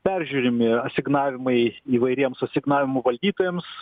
peržiūrimi asignavimai įvairiems asignavimų valdytojams